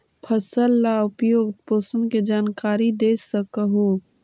फसल ला उपयुक्त पोषण के जानकारी दे सक हु?